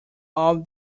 all